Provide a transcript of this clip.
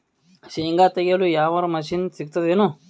ಶೇಂಗಾ ತೆಗೆಯಲು ಯಾವರ ಮಷಿನ್ ಸಿಗತೆದೇನು?